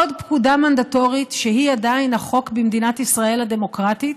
עוד פקודה מנדטורית שהיא עדיין החוק במדינת ישראל הדמוקרטית,